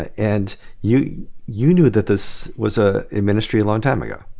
and you you knew that this was ah a ministry long time ago